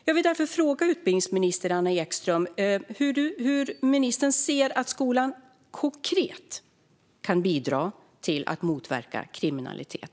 Jag vill därför fråga utbildningsminister Anna Ekström hur ministern ser att skolan konkret kan bidra till att motverka kriminalitet.